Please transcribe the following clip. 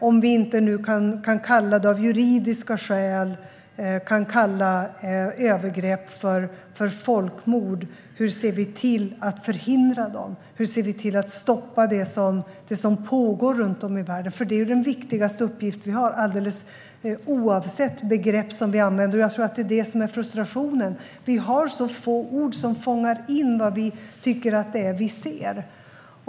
Om vi nu av juridiska skäl inte kan kalla övergrepp för folkmord, hur ser vi då till att förhindra dem? Och hur ser vi till att stoppa det som pågår runt om i världen? Det är den viktigaste uppgiften vi har alldeles oavsett begrepp som vi använder. Jag tror att det är det som är frustrationen: att vi har så få ord som fångar in vad det är vi tycker att vi ser.